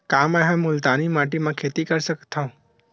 का मै ह मुल्तानी माटी म खेती कर सकथव?